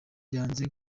yanze